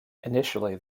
initially